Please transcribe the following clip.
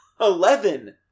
Eleven